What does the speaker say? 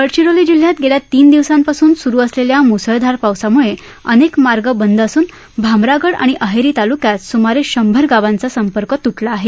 गडचिरोली जिल्ह्यात गेल्या तीन दिवसांपासून सुरु असलेल्या मुसळधार पावसामुळे अनेक मार्ग बंद असून भामरागड आणि अहेरी तालुक्यात सुमारे शंभर गावांचा संपर्क तुटला अहे